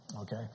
okay